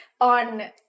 on